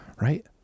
Right